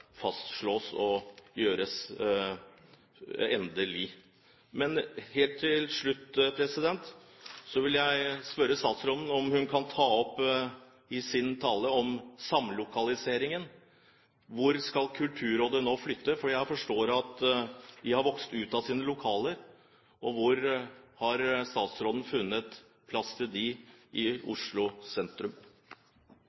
fastslås og gjøres endelig. Helt til slutt vil jeg spørre statsråden om hun i sitt innlegg kan ta opp dette med samlokaliseringen. Hvor skal Kulturrådet nå flytte – for jeg forstår at de har vokst ut av sine lokaler – og hvor har statsråden funnet plass til dem i